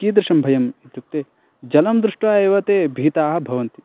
कीदृशं भयम् इत्युक्ते जलं दृष्ट्वा एव भीताः भवन्ति